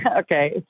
Okay